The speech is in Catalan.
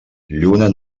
lluna